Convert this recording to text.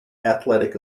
athletic